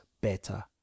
better